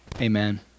Amen